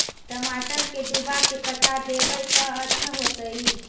टमाटर के डुबा के पटा देबै त अच्छा होतई?